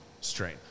strain